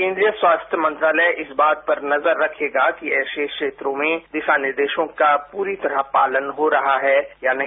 केन्द्रीय स्वास्थ्य मंत्रालय इस बात पर नजर रखेगा कि ऐसे क्षेत्रो में दिशा निर्देशों का पुरी तरह पालन हो रहा है या नहीं